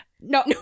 no